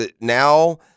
Now